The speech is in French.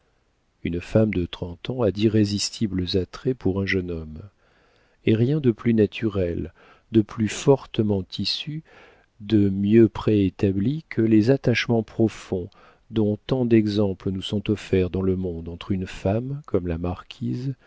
une femme de trente ans a d'irrésistibles attraits pour un jeune homme et rien de plus naturel de plus fortement tissu de mieux préétabli que les attachements profonds dont tant d'exemples nous sont offerts dans le monde entre une femme comme la marquise